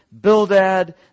Bildad